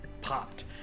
popped